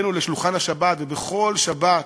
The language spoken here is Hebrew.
הבאנו לשולחן השבת, ובכל שבת,